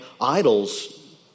idols